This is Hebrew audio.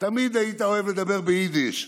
תמיד אהבת לדבר ביידיש: